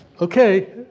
Okay